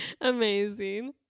Amazing